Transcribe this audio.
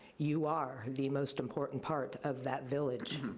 you are the most important part of that village.